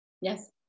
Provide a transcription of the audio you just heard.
Yes